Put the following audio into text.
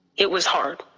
it was hard.